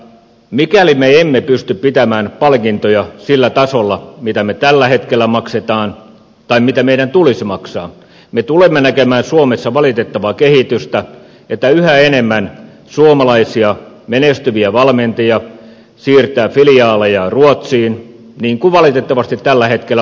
mikäli me emme pysty pitämään palkintoja sillä tasolla mitä me tällä hetkellä maksamme tai mitä meidän tulisi maksaa me tulemme näkemään suomessa valitettavaa kehitystä että yhä enemmän suomalaisia menestyviä valmentajia siirtää filiaalejaan ruotsiin niin kuin valitettavasti tällä hetkellä on tapahtunut